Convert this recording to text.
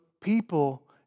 people